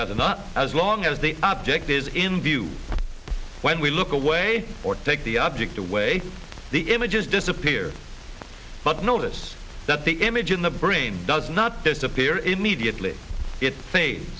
retina not as long as the object is in view when we look away or take the object away the image is disappear but notice that the image in the brain does not disappear immediately it's